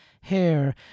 hair